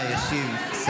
זה מתנשא.